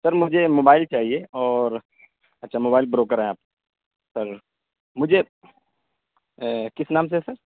سر مجھے موبائل چاہیے اور اچھا موبائل بروکر ہیں آپ سر مجھے کس نام سے ہے سر